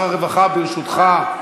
שר הרווחה, ברשותך.